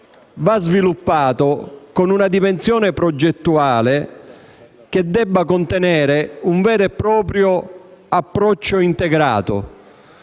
va sviluppata con una dimensione progettuale che deve contenere un vero e proprio approccio integrato